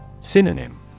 Synonym